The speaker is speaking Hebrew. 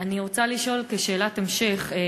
אני רוצה לשאול כשאלת המשך,